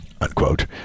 unquote